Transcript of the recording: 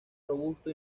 robusto